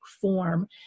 form